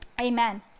Amen